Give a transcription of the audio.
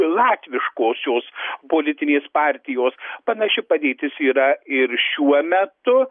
latviškosios politinės partijos panaši padėtis yra ir šiuo metu